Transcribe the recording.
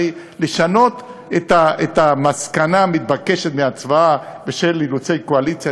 הרי לשנות את המסקנה המתבקשת מהצבעה בשל אילוצי קואליציה,